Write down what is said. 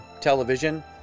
television